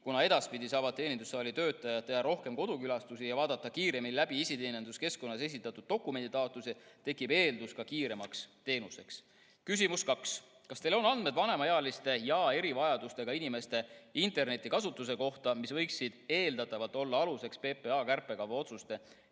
kuna edaspidi saavad teenindussaali töötajad teha rohkem kodukülastusi ja vaadata kiiremini läbi iseteeninduskeskkonnas esitatud dokumenditaotlusi, tekib eeldus kiiremaks teenuse osutamiseks. Küsimus nr 2: "Kas Teil on andmeid vanemaealiste ja erivajadustega inimeste internetikasutuse kohta, mis võiks eeldatavalt olla aluseks PPA kärpekava otsuse